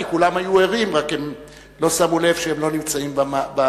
כי כולם היו ערים והם רק לא שמו לב שהם לא נמצאים במליאה.